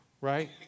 right